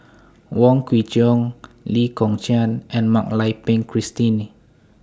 Wong Kwei Cheong Lee Kong Chian and Mak Lai Peng Christine